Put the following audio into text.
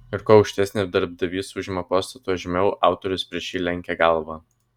ir kuo aukštesnį darbdavys užima postą tuo žemiau autorius prieš jį lenkia galvą